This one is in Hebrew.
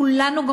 כולנו,